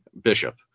bishop